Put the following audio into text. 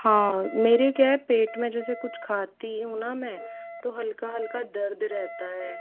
हाँ मेरे क्या है पेट में जैसे कुछ खाती हूँ ना मैं तो हल्का हल्का दर्द रहता है